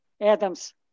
Adam's